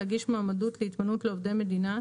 להגיש מועמדות להתמנות לעובדי המדינה,